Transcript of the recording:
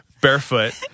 barefoot